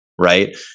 right